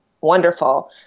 wonderful